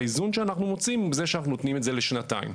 והאיזון שאנחנו מוצאים עם זה שאנחנו נותנים את זה לשנתיים.